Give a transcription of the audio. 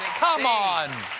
come on!